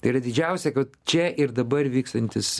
tai yra didžiausia kad čia ir dabar vykstantis